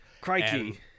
Crikey